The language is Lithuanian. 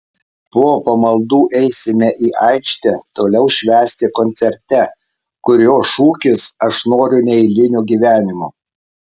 po pamaldų eisime į aikštę toliau švęsti koncerte kurio šūkis aš noriu neeilinio gyvenimo